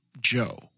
Joe